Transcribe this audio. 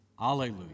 Alleluia